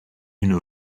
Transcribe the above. une